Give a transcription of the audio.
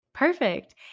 Perfect